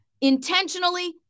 intentionally